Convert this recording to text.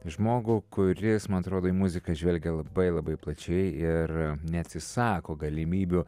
žmogų kuris man atrodo į muziką žvelgia labai labai plačiai ir neatsisako galimybių